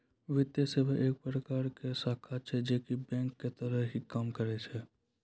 वित्तीये सेवा एक प्रकार के शाखा छै जे की बेंक के तरह ही काम करै छै